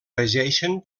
regeixen